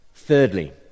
Thirdly